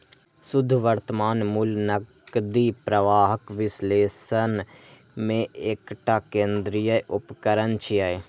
शुद्ध वर्तमान मूल्य नकदी प्रवाहक विश्लेषण मे एकटा केंद्रीय उपकरण छियै